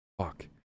Fuck